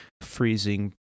freezing